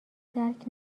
درک